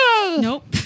Nope